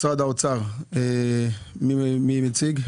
משרד האוצר, מי מציג?